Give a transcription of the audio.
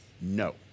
No